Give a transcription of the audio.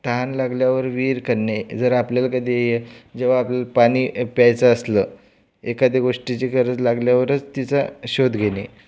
तहान लागल्यावर विहीर खणणे जर आपल्याला कधीही जेव्हा आपल्याला पाणी प्यायचं असलं एखाद्या गोष्टीची गरज लागल्यावरच तिचा शोध घेणे